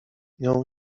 nią